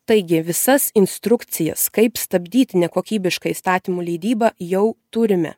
taigi visas instrukcijas kaip stabdyti nekokybišką įstatymų leidybą jau turime